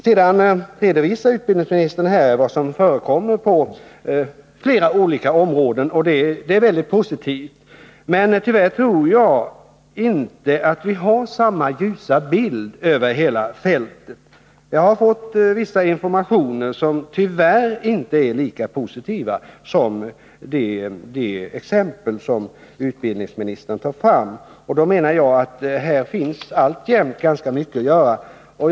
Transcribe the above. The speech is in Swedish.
Sedan redovisar utbildningsministern vad som förekommer på flera olika områden, och det är väldigt positivt. Men tyvärr tror jag inte att vi har samma ljusa bild över hela fältet. Jag har fått viss information, som inte är lika positiv som det exempel utbildningsministern tar fram. Jag menar alltså att det alltjämt finns mycket att göra här.